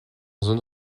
zone